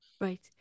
Right